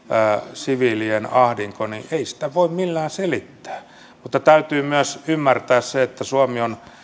siviilien ahdinkoa voi millään selittää mutta täytyy myös ymmärtää se että suomi on